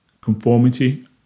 conformity